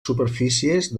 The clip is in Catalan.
superfícies